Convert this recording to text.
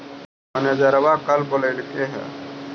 मैनेजरवा कल बोलैलके है?